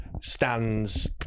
stands